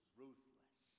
ruthless